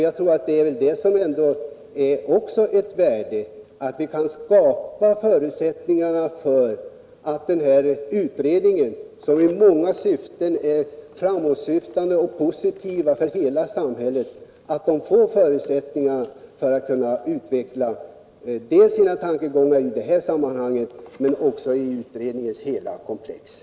Jag tror att det ändå är av värde att vi kan skapa förutsättningar för att den här utredningen, vars inriktning ur många synpunkter är framåtsyftande och positiv för hela samhället, skall kunna utveckla sina tankegångar både i det här sammanhanget och i hela utredningskomplexet.